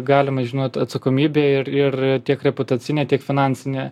galimą žinot atsakomybę ir ir tiek reputacinę tiek finansinę